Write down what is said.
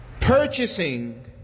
purchasing